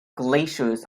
glaciers